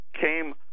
came